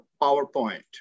PowerPoint